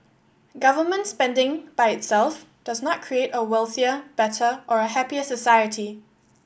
government spending by itself does not create a wealthier better or a happier society